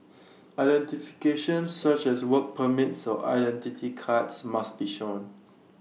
identification such as work permits or identity cards must be shown